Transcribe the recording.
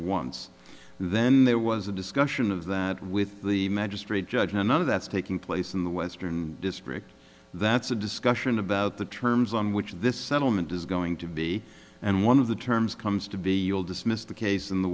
once then there was a discussion of that with the magistrate judge another that's taking place in the western district that's a discussion about the terms on which this settlement is going to be and one of the terms comes to be you'll dismiss the case in the